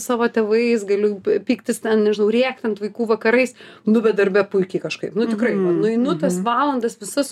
savo tėvais galiu pyktis ten nežinau rėkti ant vaikų vakarais nu bet darbe puikiai kažkaip nu tikrai va nueinu tas valandas visas